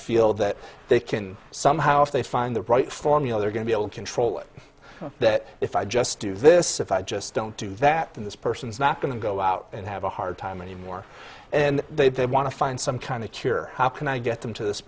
feel that they can somehow if they find the right formula are going to be able to control it that if i just do this if i just don't do that then this person is not going to go out and have a hard time anymore and they want to find some kind of cure how can i get them to this